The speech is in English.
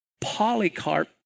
polycarp